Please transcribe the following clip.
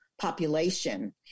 population